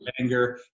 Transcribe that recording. anger